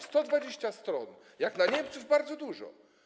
120 stron, jak na Niemców bardzo dużo.